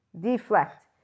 deflect